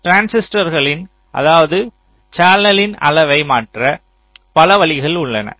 டிரான்சிஸ்டரின் அதாவது சேனலின் அளவை மாற்ற பல வழிகள் உள்ளன